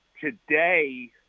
today